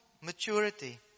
maturity